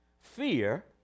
fear